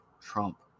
Trump